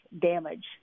damage